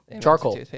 Charcoal